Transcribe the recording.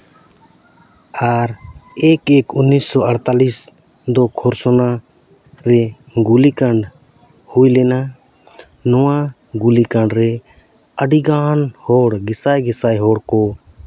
ᱟᱨ ᱮᱠ ᱮᱠ ᱩᱱᱤᱥᱥᱤ ᱟᱴᱛᱟᱞᱤᱥ ᱫᱚ ᱠᱷᱚᱨᱥᱚᱶᱟ ᱨᱮ ᱜᱩᱞᱤ ᱠᱟᱱᱰ ᱦᱩᱭ ᱞᱮᱱᱟ ᱱᱚᱣᱟ ᱜᱩᱞᱤ ᱠᱟᱱᱰ ᱨᱮ ᱟᱹᱰᱤ ᱜᱟᱱ ᱦᱚᱲ ᱜᱮ ᱥᱟᱭ ᱜᱮ ᱥᱟᱭ ᱦᱚᱲ ᱠᱚ